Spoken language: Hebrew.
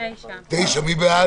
רוויזיה על הסתייגות מס' 5. מי בעד?